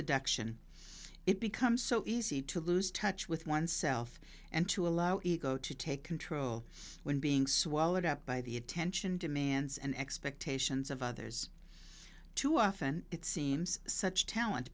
seduction it becomes so easy to lose touch with oneself and to allow ego to take control when being swallowed up by the attention demands and expectations of others too often it seems such talent